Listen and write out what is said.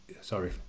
sorry